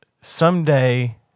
someday